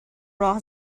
راه